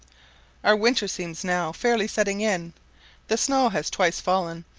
our winter seems now fairly setting in the snow has twice fallen,